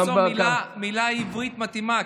אני מנסה למצוא מילה עברית מתאימה,